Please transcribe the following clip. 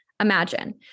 Imagine